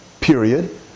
period